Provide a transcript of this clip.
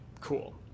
cool